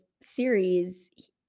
series